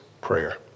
prayer